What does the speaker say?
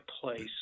place